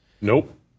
Nope